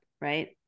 right